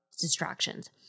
distractions